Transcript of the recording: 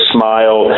Smile